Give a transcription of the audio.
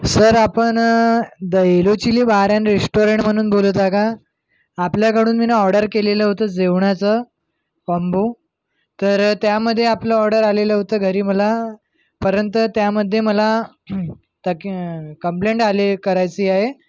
sir आपण the yellow chilli bar and restaurant म्हणून बोलत आहा का आपल्याकडून मी ना ऑर्डर केलेलं होतं जेवणाचं कॉम्बो तर त्यामध्ये आपलं ऑर्डर आलेलं होतं घरी मला परंतु त्यामध्ये मला तक कंप्लेंट आली करायची आहे